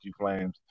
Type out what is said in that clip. Flames